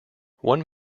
one